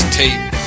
tape